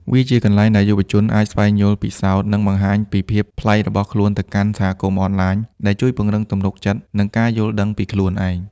វាជាកន្លែងដែលយុវជនអាចស្វែងយល់ ពិសោធន៍ និងបង្ហាញពីភាពប្លែករបស់ខ្លួនទៅកាន់សហគមន៍អនឡាញ ដែលជួយពង្រឹងទំនុកចិត្ត និងការយល់ដឹងពីខ្លួនឯង។